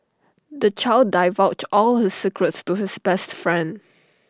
the child divulged all his secrets to his best friend